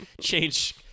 change